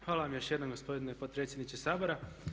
Hvala vam još jednom gospodine potpredsjedniče Sabora.